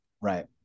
Right